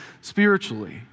spiritually